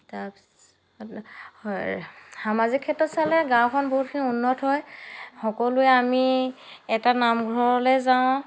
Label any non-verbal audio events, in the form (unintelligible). তাৰ পিছত (unintelligible) সামাজিক ক্ষেত্ৰত চালে গাঁওখন বহুতখিনি উন্নত হয় সকলোৱে আমি এটা নামঘৰলৈ যাওঁ